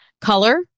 Color